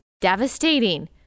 devastating